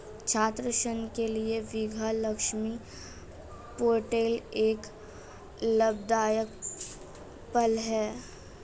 छात्र ऋण के लिए विद्या लक्ष्मी पोर्टल एक लाभदायक पहल है